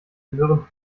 gehören